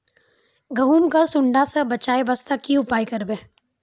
गहूम के सुंडा से बचाई वास्ते की उपाय करबै?